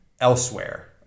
elsewhere